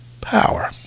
power